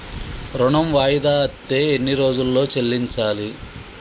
ఋణం వాయిదా అత్తే ఎన్ని రోజుల్లో చెల్లించాలి?